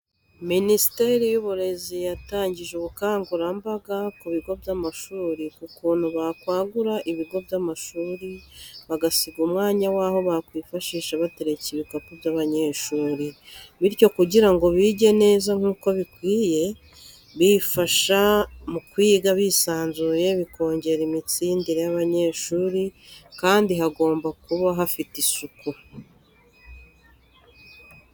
Minisiteri y'uburezi yatangije ubukangurambaga ku bigo by'amashuri ku kuntu bakwagura ibigo by'amashuri, bagasiga umwanya w'aho bakwifashisha batereka ibikapu by'abanyeshuri. Bityo kugira ngo bige neza nk'uko bikwiye. Bifasha mu kwiga bisanzuye bikongera iminsindire y'abanyeshuri kandi hagomba kuba hafite Isuku.